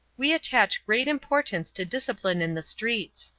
we attach great importance to discipline in the streets,